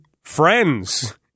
friends